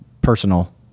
personal